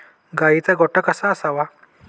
गाईचा गोठा कसा असावा?